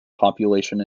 population